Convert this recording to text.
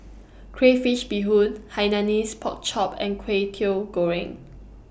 Crayfish Beehoon Hainanese Pork Chop and Kway Teow Goreng